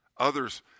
others